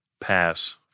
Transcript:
pass